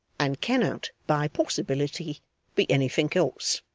and cannot by possibility be anything else